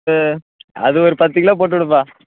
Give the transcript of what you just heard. அது அது ஒரு பத்து கிலோ போட்டுவிடுப்பா